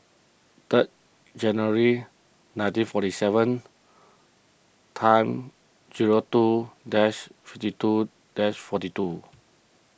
third January nineteen forty seven time two dash fifty two dash forty two